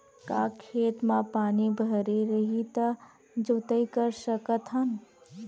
का खेत म पानी भरे रही त जोताई कर सकत हन?